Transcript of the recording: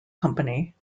company